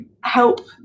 help